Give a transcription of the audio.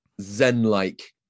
zen-like